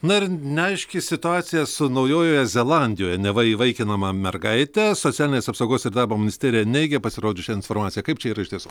na ir neaiški situacija su naujojoje zelandijoje neva įvaikinama mergaite socialinės apsaugos ir darbo ministerija neigia pasirodžiusią informaciją kaip čia yra iš tiesų